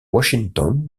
washington